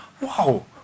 wow